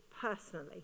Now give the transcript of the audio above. personally